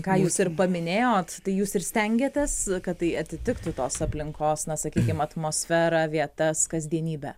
ką jūs ir paminėjot tai jūs ir stengėtės kad tai atitiktų tos aplinkos na sakykim atmosferą vietas kasdienybę